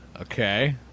Okay